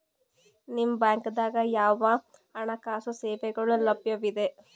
ನಿಮ ಬ್ಯಾಂಕ ದಾಗ ಯಾವ ಹಣಕಾಸು ಸೇವೆಗಳು ಲಭ್ಯವಿದೆ?